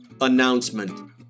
Announcement